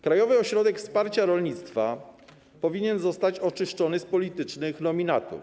Krajowy Ośrodek Wsparcia Rolnictwa powinien zostać oczyszczony z politycznych nominatów.